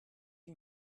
lui